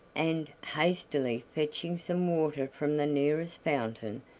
and, hastily fetching some water from the nearest fountain,